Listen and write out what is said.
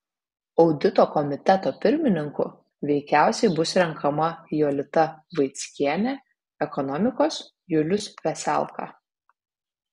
audito komiteto pirmininku veikiausiai bus renkama jolita vaickienė ekonomikos julius veselka